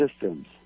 systems